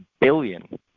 billion